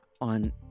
on